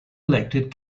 elected